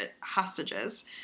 hostages